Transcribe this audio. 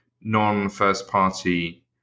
non-first-party